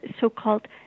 so-called